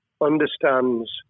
understands